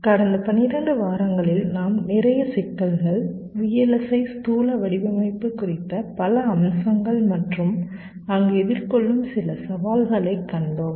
கடந்த 12 வாரங்களில் நாம் நிறைய சிக்கல்கள் VLSI ஸ்தூல வடிவமைப்பு குறித்த பல அம்சங்கள் மற்றும் அங்கு எதிர்கொள்ளும் சில சவால்களை கண்டோம்